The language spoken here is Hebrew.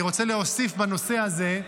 אני רוצה להוסיף בנושא הזה,